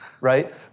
right